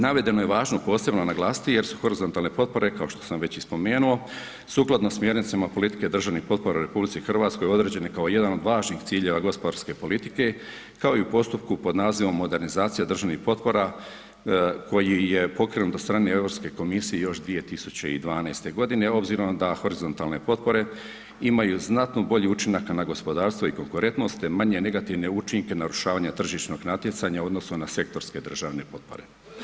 Navedeno je važno posebno naglasiti jer su horizontalne potpore kao što sam već i spomenuo sukladno smjernicama politike državnih potpora u RH određene kao jedan od važnih ciljeva gospodarske politike kao i u postupku pod nazivom Modernizacija državnih potpora koji je pokrenut od strane Europske komisije još 2012. godine obzirom da horizontalne potpore imaju znatno bolji učinak na gospodarstvo i konkurentnost te manje negativne učinke na urušavanje tržišnog natjecanja u odnosu na sektorske državne potpore.